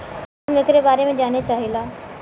हम एकरे बारे मे जाने चाहीला?